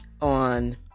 on